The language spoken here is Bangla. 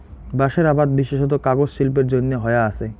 বাঁশের আবাদ বিশেষত কাগজ শিল্পের জইন্যে হয়া আচে